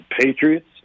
Patriots